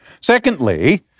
Secondly